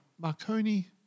Marconi